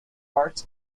arts